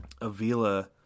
Avila